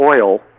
oil